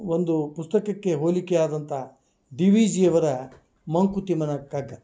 ಒಂದು ಪುಸ್ತಕಕ್ಕೆ ಹೋಲಿಕೆಯಾದಂಥ ಡಿ ವಿ ಜಿಯವರ ಮಂಕುತಿಮ್ಮನ ಕಗ್ಗ